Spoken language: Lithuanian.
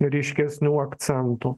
ryškesnių akcentų